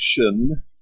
action